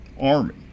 army